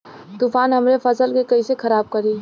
तूफान हमरे फसल के कइसे खराब करी?